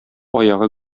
аягы